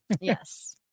yes